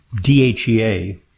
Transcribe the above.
DHEA